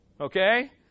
Okay